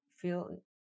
feel